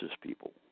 people